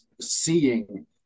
seeing